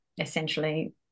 essentially